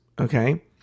Okay